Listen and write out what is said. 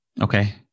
Okay